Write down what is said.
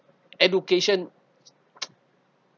education